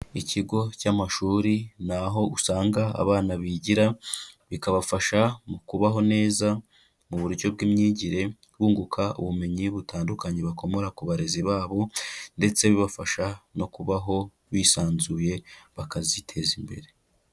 Ikigo cy'amashuri ni aho usanga abana bigira, bikabafasha mu kubaho neza mu buryo bw'imgire bunguka ubumenyi butandukanye bakomora ku barezi babo ndetse bibafasha no kubaho bisanzuye bakaziteza imbere.